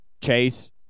Chase